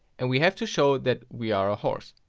and we have to show that we are a horse.